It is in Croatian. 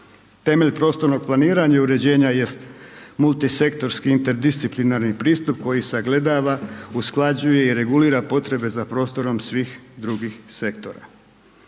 Temelj prostornog planiranja i uređenja jest multisektorski interdisciplinarni pristup koji sagledava, usklađuje i regulira potrebe za prostorom svih drugih sektora.